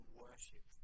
worship